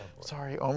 Sorry